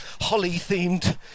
holly-themed